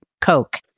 coke